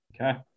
Okay